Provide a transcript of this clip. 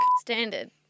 Standard